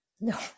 No